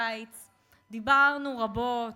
בצורה מושכלת,